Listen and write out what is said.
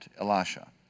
Elisha